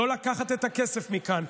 לא לקחת את הכסף מכאן,